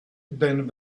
than